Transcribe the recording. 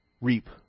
reap